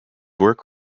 work